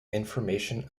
information